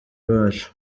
bacu